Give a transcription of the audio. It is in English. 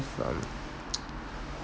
from